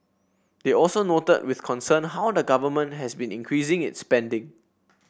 they also noted with concern how the government has been increasing its spending